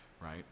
right